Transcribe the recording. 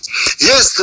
Yes